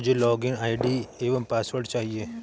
मुझें login ID एवं password चाहिए